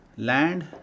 Land